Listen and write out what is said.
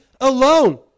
alone